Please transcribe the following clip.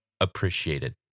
appreciated